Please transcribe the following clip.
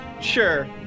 Sure